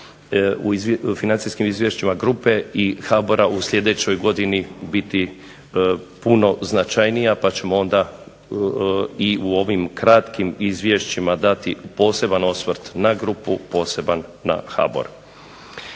u financijskim izvješćima grupe i HBOR-a u sljedećoj godini biti puno značajnija pa ćemo i u ovim kratkim izvješćima dati poseban osvrt na grupu, poseban na HBOR.